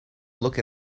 look